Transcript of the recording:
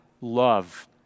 love